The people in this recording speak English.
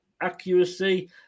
accuracy